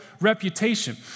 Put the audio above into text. reputation